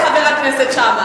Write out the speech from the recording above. עוררת את חבר הכנסת שאמה.